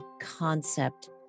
concept